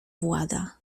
włada